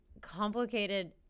complicated